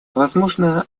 возможно